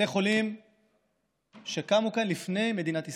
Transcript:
בתי חולים שקמו כאן לפני מדינת ישראל: